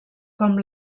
com